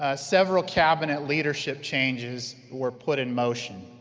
ah several cabinet leadership changes were put in motion.